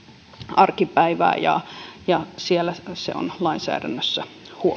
arkipäivää ja ja siellä ne on lainsäädännössä